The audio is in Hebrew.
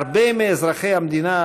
להרבה מאזרחי המדינה,